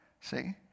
See